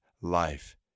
life